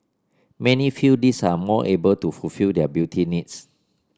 many feel these are more able to fulfil their beauty needs